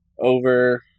over